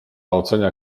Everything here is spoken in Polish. ocenia